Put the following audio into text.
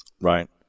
Right